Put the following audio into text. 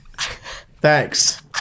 Thanks